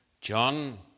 John